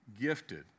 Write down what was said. gifted